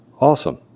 Awesome